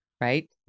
right